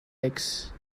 wrecks